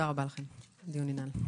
הצבעה הצו